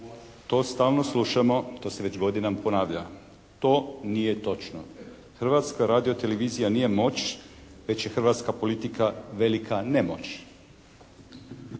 To stalno slušamo. To se već godinama ponavlja. To nije točno. Hrvatska radiotelevizija nije moć, već je hrvatska politika velika nemoć.